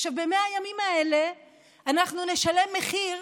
עכשיו, ב-100 הימים האלה אנחנו נשלם מחיר,